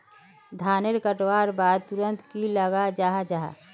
धानेर कटवार बाद तुरंत की लगा जाहा जाहा?